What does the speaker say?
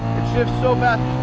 it shifts so